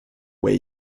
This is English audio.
way